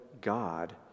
God